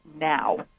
now